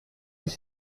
dix